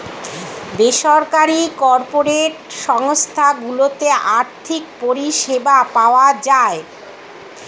বেসরকারি কর্পোরেট সংস্থা গুলোতে আর্থিক পরিষেবা পাওয়া যায়